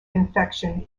infection